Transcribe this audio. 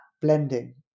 blending